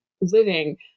living